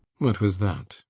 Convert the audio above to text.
what was that?